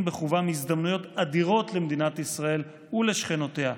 בחובם הזדמנויות אדירות למדינת ישראל ולשכנותיה,